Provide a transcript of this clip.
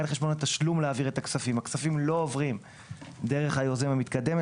חשבון התשלום להעביר את הכספים; הכספים לא עוברים דרך היוזם המתקדם.